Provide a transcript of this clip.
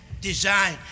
design